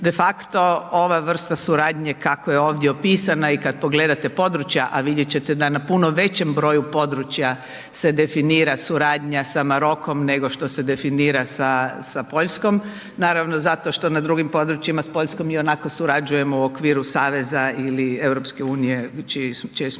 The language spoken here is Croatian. de facto ova vrsta suradnje kako je ovdje opisana i kad pogledate područja, a vidjet ćete da na puno većem broju područja se definira suradnja sa Marokom, nego što se definira sa Poljskom. Naravno, zato što na drugim područjima s Poljskom ionako surađujemo u okviru saveza ili EU, čiji smo